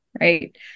Right